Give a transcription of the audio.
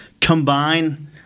combine